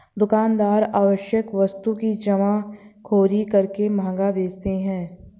दुकानदार आवश्यक वस्तु की जमाखोरी करके महंगा बेचते है